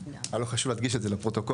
היה לנו חשוב להדגיש את זה לפרוטוקול.